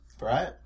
right